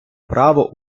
право